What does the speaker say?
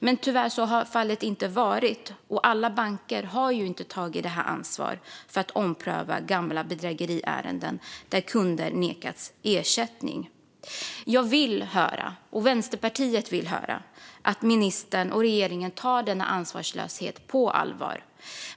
Men tyvärr har detta inte blivit fallet. Alla banker har inte tagit sitt ansvar för att ompröva gamla bedrägeriärenden där kunder nekats ersättning. Jag och Vänsterpartiet vill höra att ministern och regeringen tar denna ansvarslöshet på allvar.